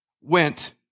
went